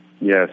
Yes